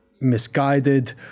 misguided